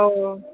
ꯑꯣ